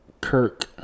kirk